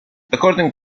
according